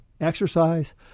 exercise